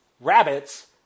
rabbits